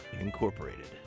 Incorporated